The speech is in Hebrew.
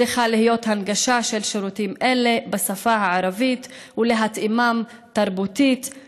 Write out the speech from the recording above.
צריכה להיות הנגשה של שירותים אלה בשפה הערבית וצריך להתאימם תרבותית,